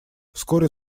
вскоре